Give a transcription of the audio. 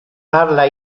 parla